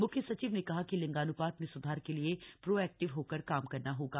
मुख्य सचिव ने कहा कि लिंगान्पात में सुधार के लिए प्रोएक्टिव होकर काम करना होगा